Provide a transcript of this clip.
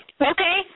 Okay